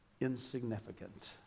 insignificant